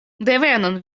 devenon